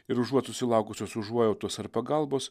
ir užuot susilaukusios užuojautos ar pagalbos